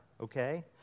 okay